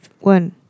one